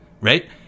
right